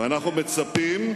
ואנחנו מצפים,